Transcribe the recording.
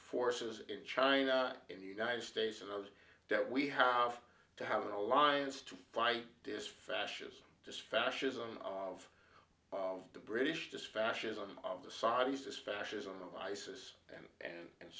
forces in china in the united states and those that we have to have an alliance to fight this fascism just fascism of of the british this fascism of the sciences fascism of isis and and and